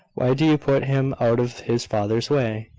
why do you put him out of his father's way?